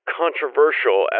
controversial